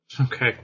Okay